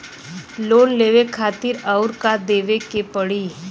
Loan लेवे खातिर अउर का देवे के पड़ी?